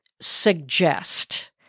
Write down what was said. suggest